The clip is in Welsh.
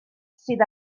sydd